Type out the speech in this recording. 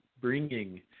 bringing